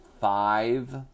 five